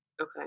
okay